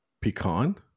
Pecan